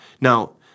Now